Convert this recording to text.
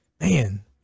man